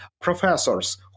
professors